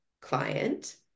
client